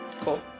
Cool